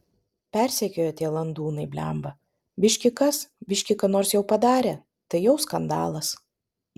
persekioja tie landūnai blemba biški kas biški ką nors jau padarė tai jau skandalas